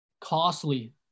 costly